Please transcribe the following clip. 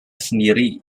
sendiri